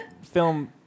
film